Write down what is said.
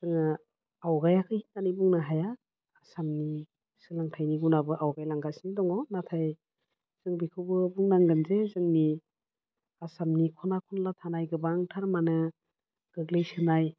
जोङो आवगायाखै होननानै बुंनो हाया साननि सोलोंथाइनि गुनाबो आवगायलांगासिनो दङ नाथाय जों बेखौबो बुंनांगोनदि जोंनि आसामनि ख'ना खनला थानाय गोबांथार मानो गोग्लैसोनाय